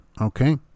Okay